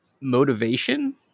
motivation